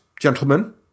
gentlemen